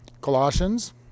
Colossians